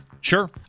Sure